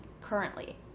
currently